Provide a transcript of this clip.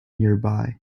nearby